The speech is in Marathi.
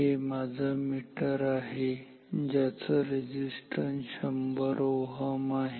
हे माझं मीटर आहे ज्याचं रेझिस्टन्स 100 Ω आहे